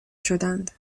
شدند